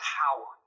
power